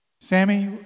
Sammy